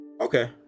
Okay